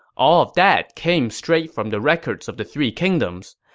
all of that came straight from the records of the three kingdoms.